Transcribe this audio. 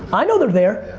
i know they're there.